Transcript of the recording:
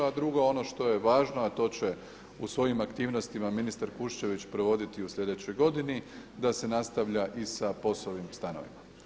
A drugo ono što je važno, a to će u svojim aktivnostima ministar Kuščević provoditi u sljedećoj godini da se nastavlja i sa POS-ovim stanovima.